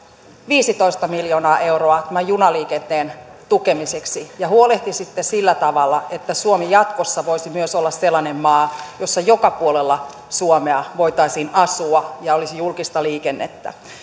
viisitoista miljoonaa euroa tämän junaliikenteen tukemiseksi ja huolehtisitte sillä tavalla että suomi jatkossa voisi myös olla sellainen maa jossa joka puolella suomea voitaisiin asua ja olisi julkista liikennettä